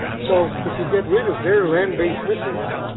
so if you get rid of their land-based missiles,